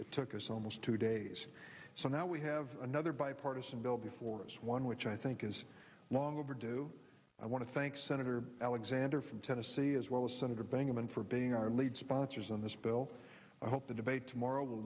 it took us almost two days so now we have another bipartisan bill before this one which i think is long overdue i want to thank senator alexander from tennessee as well as senator bingaman for being our lead sponsors on this bill i hope the debate tomorrow will